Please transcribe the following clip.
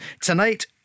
Tonight